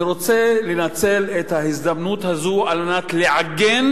ורוצה לנצל את ההזדמנות הזאת כדי לעגן